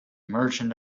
merchant